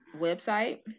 website